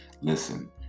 Listen